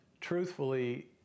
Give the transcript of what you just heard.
truthfully